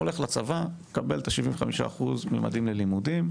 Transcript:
הולך לצבא, מקבל את ה-75% "ממדים ללימודים",